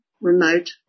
remote